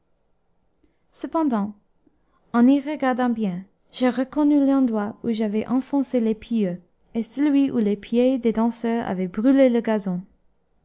cependant en y regardant bien je reconnus l'endroit où j'avais enfoncé les pieux et celui où les pieds des danseurs avaient brûlé le gazon